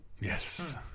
Yes